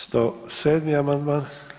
107. amandman.